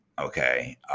Okay